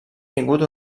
tingut